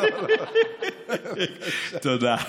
תודה.